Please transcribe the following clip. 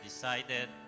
Decided